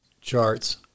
charts